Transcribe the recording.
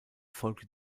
folgte